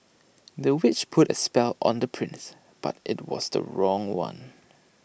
the witch put A spell on the prince but IT was the wrong one